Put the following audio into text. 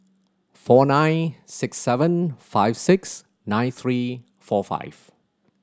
four nine six seven five six nine three four five